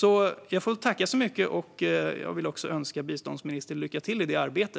Jag får tacka så mycket och önska biståndsministern lycka till i detta arbete.